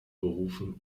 berufen